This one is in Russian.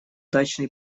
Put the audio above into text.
дачный